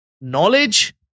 knowledge